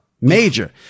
Major